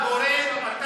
משה,